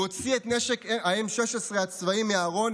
הוא הוציא את נשק ה-M16 הצבאי מהארון,